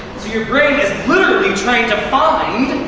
your brain is literally trying to find